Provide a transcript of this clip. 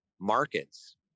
markets